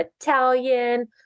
Italian